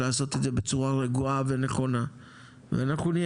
לעשות את זה בצורה רגועה ונכונה ואנחנו נהיה